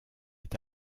est